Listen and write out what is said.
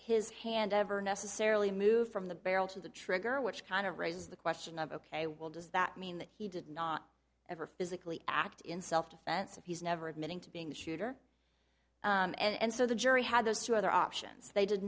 his hand ever necessarily moved from the barrel to the trigger which kind of raises the question of ok well does that mean that he did not ever physically act in self defense if he's never admitting to being the shooter and so the jury had those two other options they did